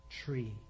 tree